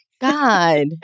God